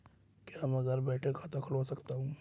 क्या मैं घर बैठे खाता खुलवा सकता हूँ?